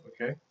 okay